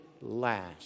last